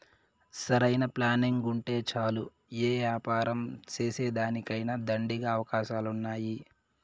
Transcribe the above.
సరైన ప్లానింగుంటే చాలు యే యాపారం సేసేదానికైనా దండిగా అవకాశాలున్నాయి